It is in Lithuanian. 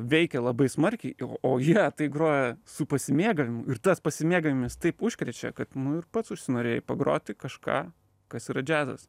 veikia labai smarkiai o o jie tai groja su pasimėgavimu ir tas pasimėgavimas taip užkrečia kad nu ir pats užsinorėjai pagroti kažką kas yra džiazas